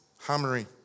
hammering